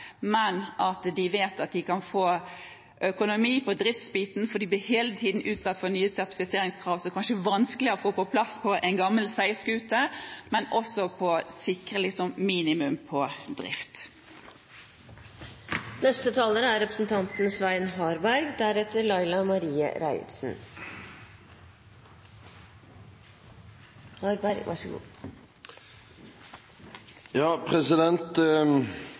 vet at de kan få økonomi for driftsbiten, for de blir hele tiden utsatt for nye sertifiseringskrav som kanskje er vanskeligere å få på plass på en gammel seilskute. Det gjelder å sikre minimum på drift. I tillegg til å være leder for komiteen som har ansvaret for skværriggerne, er